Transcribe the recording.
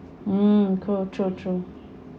mm cool true true